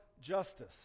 justice